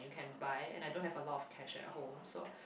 can buy and I don't have a lot of cash at home so